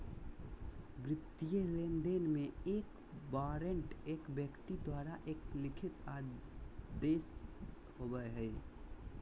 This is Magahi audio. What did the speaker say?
वित्तीय लेनदेन में, एक वारंट एक व्यक्ति द्वारा एक लिखित आदेश होबो हइ